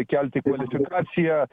kelti kvalifikaciją